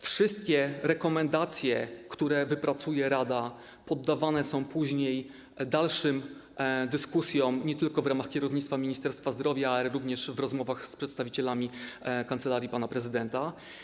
Wszystkie rekomendacje, które wypracuje rada, poddawane są później dalszym dyskusjom nie tylko w ramach kierownictwa Ministerstwa Zdrowia, ale również w rozmowach z przedstawicielami Kancelarii Prezydenta.